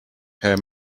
her